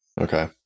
Okay